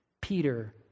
peter